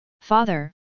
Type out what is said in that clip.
Father